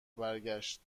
برگشت